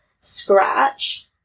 scratch